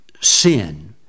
sin